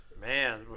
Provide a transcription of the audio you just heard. Man